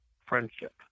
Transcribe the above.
friendship